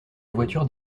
voiture